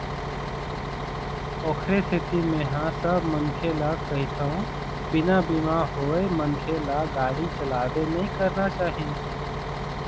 ओखरे सेती मेंहा सब मनखे ल कहिथव बिना बीमा होय मनखे ल गाड़ी चलाबे नइ करना चाही